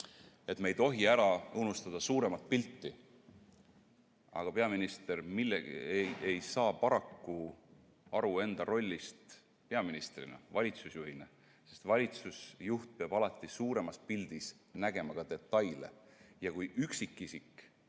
et me ei tohi ära unustada suuremat pilti, aga ta ei saa paraku aru enda rollist peaministrina, valitsusjuhina. Sest valitsusjuht peab alati suuremas pildis nägema ka detaile. Kui üksikisik